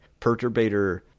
perturbator